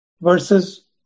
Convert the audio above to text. versus